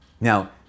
Now